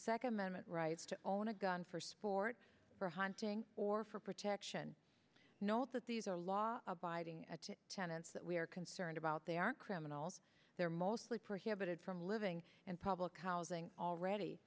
second amendment rights to own a gun for sport for hunting or for protection i know that these are law abiding tenants that we are concerned about they are criminals they're mostly prohibited from living and public housing already